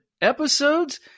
episodes